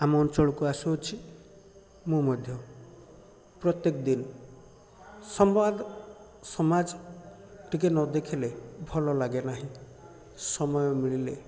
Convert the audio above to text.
ଆମ ଅଞ୍ଚଳକୁ ଆସୁଅଛି ମୁଁ ମଧ୍ୟ ପ୍ରତ୍ୟେକ ଦିନ ସମ୍ବାଦ ସମାଜ ଟିକେ ନଦେଖିଲେ ଭଲ ଲାଗେ ନାହିଁ ସମୟ ମିଳିଲେ